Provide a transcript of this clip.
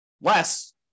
less